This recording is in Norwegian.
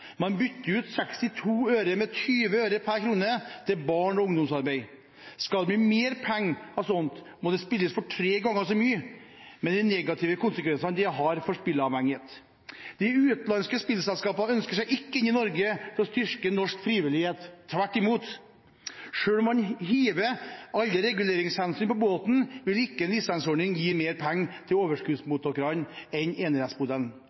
Man «bytter ut» 62 øre med 20 øre per krone til barne- og ungdomsarbeid. Skal det bli mer penger av slikt, må det spilles for tre ganger så mye, med de negative konsekvensene det har for spilleavhengighet. De utenlandske spillselskapene ønsker seg ikke inn i Norge for å styrke norsk frivillighet – tvert imot. Selv om man hiver alle reguleringshensyn på båten, vil ikke en lisensordning gi mer penger til overskuddsmottakerne enn enerettsmodellen.